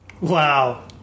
Wow